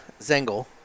Zengel